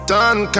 Done